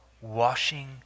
washing